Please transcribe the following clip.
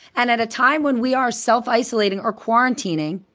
and at a time when we are self-isolating or quarantining,